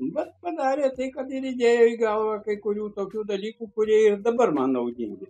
bet padarė tai kad ir įdėjo į galvą kai kurių tokių dalykų kurie ir dabar man naudingi